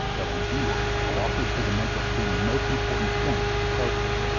though, indeed, it offers to the mental stream the most important points of departure.